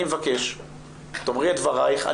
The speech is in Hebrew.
אני מבקש שתאמרי את דבריך.